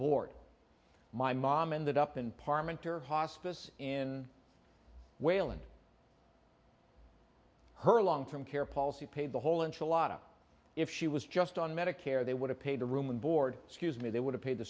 board my mom ended up in parmenter hospice in wayland her long term care policy paid the whole enchilada if she was just on medicare they would have paid a room and board scuse me they would have paid the